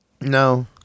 No